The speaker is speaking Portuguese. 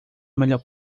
melhor